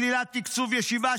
שלילת תקצוב ישיבה,